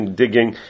digging